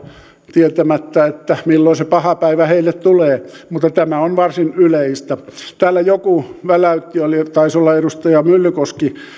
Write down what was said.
tietämättä milloin se paha päivä heille tulee mutta tämä on varsin yleistä täällä joku väläytti taisi olla edustaja myllykoski